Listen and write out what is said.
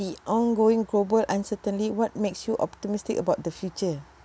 the ongoing global uncertainty what makes you optimistic about the future